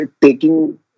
taking